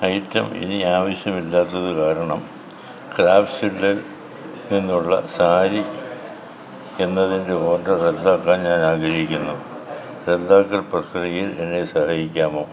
item ഇനി ആവശ്യമില്ലാത്തത് കാരണം ക്രാഫ്റ്റ്സ്വില്ല നിന്നുള്ള സാരി എന്നതിൻ്റെ ഓർഡർ റദ്ദാക്കാൻ ഞാൻ ആഗ്രഹിക്കുന്നു റദ്ദാക്കൽ പ്രക്രിയയിൽ എന്നെ സഹായിക്കാമോ